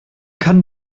kann